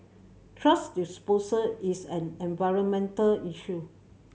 thrash disposal is an environmental issue